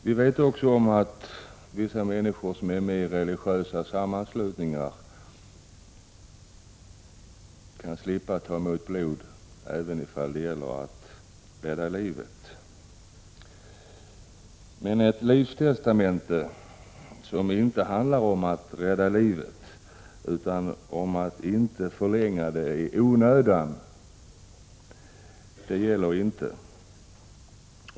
Vi vet att vissa människor som är med i religiösa sammanslutningar kan slippa att ta emot blod även i fall där det gäller att rädda livet. Men ett livstestamente, när det inte handlar om att rädda livet utan om att inte förlänga det i onödan, gäller inte.